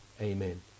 amen